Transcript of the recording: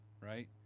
right